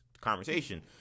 conversation